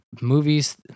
movies